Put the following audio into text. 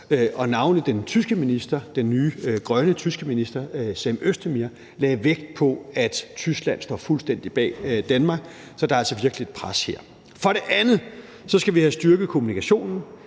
minister, den nye grønne tyske minister, Cem Özdemir, lagde vægt på, at Tyskland står fuldstændig bag Danmark – så der er altså virkelig et pres her. For det andet skal vi have styrket kommunikationen.